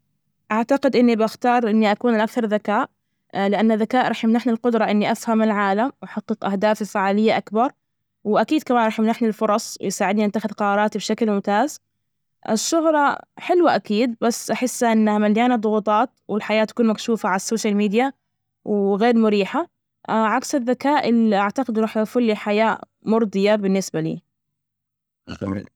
أعتقد إني بختار إني أكون الأكثر ذكاء، لأن الذكاء رح يمنحنى القدرة إني أفهم العالم، واحقق أهداف وفاعلية أكبر، وأكيد كمان رح يمنحني الفرص، ويساعدني نتخذ قراراتى بشكل ممتاز. الشهرة حلوة أكيد، بس أحسها إنها مليانة ضغوطات، والحياة تكون مكشوفة على السوشيال ميديا وغير مريحة، عكس الذكاء اللي أعتقده راح يوفر لي حياة مرضية بالنسبة لي.